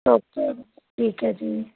okay ਠੀਕ ਹੈ ਜੀ